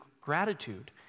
gratitude